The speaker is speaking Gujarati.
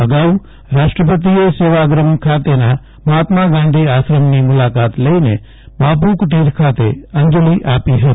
અગાઉ રાષ્ટ્રપતિએ સેવાગ્રામ ખાતેના મહાત્મા ગાંધી આશ્રમની મુલાકાત લઇને બાપુ કુટિર ખાતે અંજલિ આપી હતી